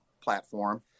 platform